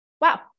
Wow